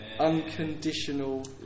unconditional